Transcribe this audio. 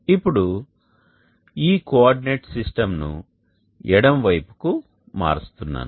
ఇప్పుడు ఈ కోఆర్డినేట్ సిస్టమ్ను ఎడమవైపుకు మార్చుతున్నాను